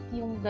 yung